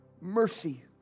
mercy